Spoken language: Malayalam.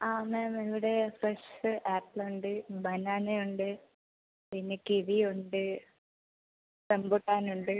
ആ മാം ഇവിടെ ഫ്രഷ് ആപ്പിൾ ഉണ്ട് ബനാന ഉണ്ട് പിന്നെ കിവി ഉണ്ട് റംബുട്ടാൻ ഉണ്ട്